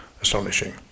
astonishing